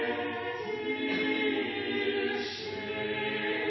om natta, men det er